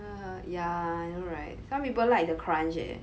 uh yeah I know right some people like the crunch eh